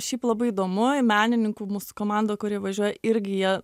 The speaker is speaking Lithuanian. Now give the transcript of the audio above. šiaip labai įdomu menininkų mūsų komanda kuri važiuoja irgi jie